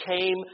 came